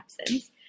absence